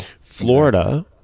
Florida